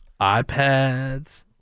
iPads